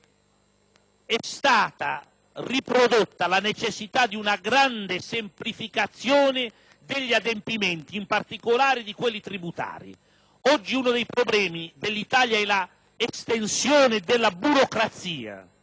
è stata riprodotta la necessità di un grande semplificazione degli adempimenti, in particolare di quelli tributari. Oggi uno dei problemi dell'Italia è l'espansione della burocrazia;